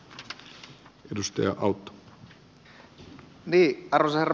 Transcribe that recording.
arvoisa herra puhemies